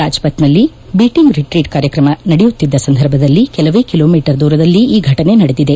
ರಾಜ್ಪಥ್ನಲ್ಲಿ beating retreat ಕಾರ್ಯಕ್ರಮ ನಡೆಯುತ್ತಿದ್ದ ಸಂದರ್ಭದಲ್ಲಿ ಕೆಲವೇ ಕಿಲೋಮೀಟರ್ ದೂರದಲ್ಲಿ ಈ ಘಟನೆ ನಡೆದಿದೆ